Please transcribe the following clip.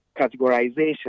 categorization